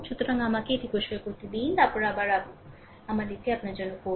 সুতরাং আমাকে এটি পরিষ্কার করতে দিন তারপরে আবার আমি এটি আপনার জন্য করব